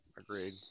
Agreed